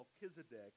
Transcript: Melchizedek